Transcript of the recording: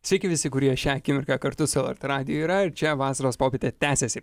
sveiki visi kurie šią akimirką kartu su lrt radiju yra ir čia vasaros popietė tęsiasi